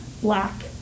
black